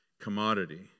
commodity